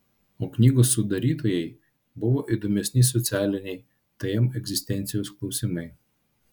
o knygos sudarytojai buvo įdomesni socialiniai tm egzistencijos klausimai